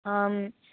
ஆ